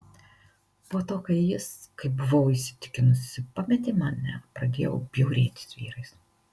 po to kai jis kaip buvau įsitikinusi pametė mane pradėjau bjaurėtis vyrais